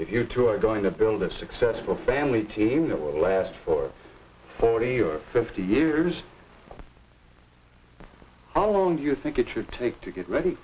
are going to build a successful family team that will last for forty or fifty years all alone do you think it should take to get ready